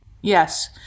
Yes